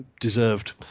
deserved